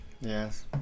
Yes